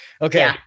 okay